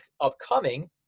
upcoming –